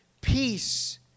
peace